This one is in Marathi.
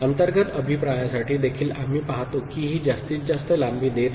अंतर्गत अभिप्रायासाठी देखील आम्ही पाहतो की ही जास्तीत जास्त लांबी देत आहे